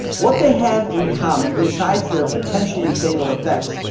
what they have in common besides their potentially fatal effects,